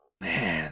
Man